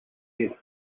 head